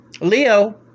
Leo